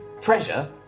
Treasure